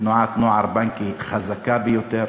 תנועת נוער, בנק"י, חזקה ביותר,